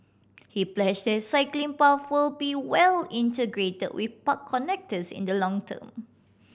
he pledged that cycling path be well integrate with park connectors in the long term